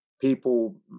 people